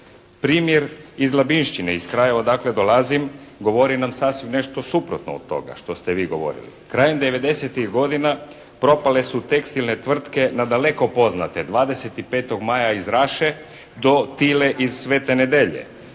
Primjer iz Labinšćine, iz kraja odakle dolazim, govori nam sasvim nešto suprotno od toga što ste vi govorili. Krajem 90-ih godina propale su tekstilne tvrtke nadaleko poznate. 25. maja iz Raše do "Tile" iz Svete Nedelje.